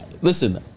Listen